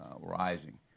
rising